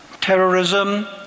Terrorism